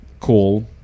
call